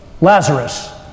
Lazarus